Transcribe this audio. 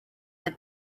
that